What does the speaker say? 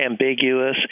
ambiguous